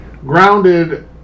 grounded